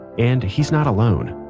and, he's not alone